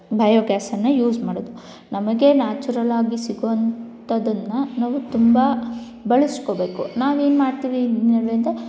bio ಗ್ಯಾಸನ್ನು use ಮಾಡೋದು ನಮಗೆ ನ್ಯಾಚುರಲ್ಲಾಗಿ ಸಿಗೋವಂಥದನ್ನು ನಾವು ತುಂಬ ಬಳಸಿಕೊಬೇಕು ನಾವೇನು ಮಾಡ್ತೀವಿ